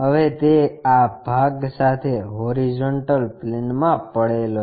હવે તે આ ભાગ સાથે હોરીઝોન્ટલ પ્લેનમાં પડેલો છે